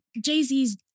Jay-Z's